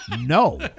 No